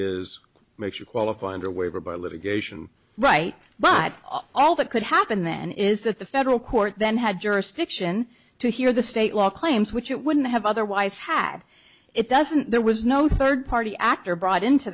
is makes you qualify under waiver by litigation right but all that could happen then is that the federal court then had jurisdiction to hear the state law claims which it wouldn't have otherwise had it doesn't there was no third party actor brought into